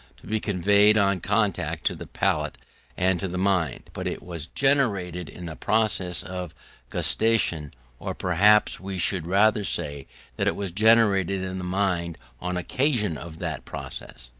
to be conveyed on contact to the palate and to the mind but it was generated in the process of gustation or perhaps we should rather say that it was generated in the mind on occasion of that process.